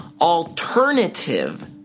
alternative